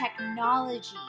technology